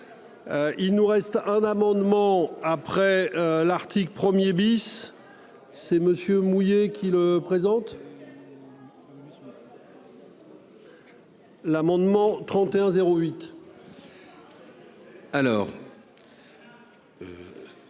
Il nous reste un amendement après l'article 1er bis. C'est monsieur mouillé qui le présente. L'amendement 31 08. Attends